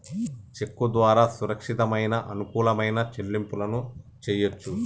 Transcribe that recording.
చెక్కు ద్వారా సురక్షితమైన, అనుకూలమైన చెల్లింపులను చెయ్యొచ్చు